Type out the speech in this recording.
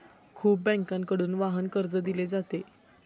खूप बँकांकडून वाहन कर्ज दिले जाते